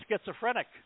schizophrenic